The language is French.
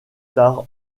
tard